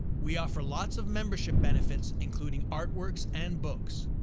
we offer lots of membership benefits including artworks and books.